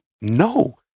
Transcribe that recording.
No